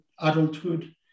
adulthood